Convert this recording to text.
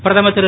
பிரதமர் திரு